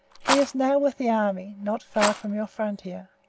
he is now with the army, not far from your frontier.